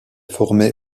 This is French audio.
formé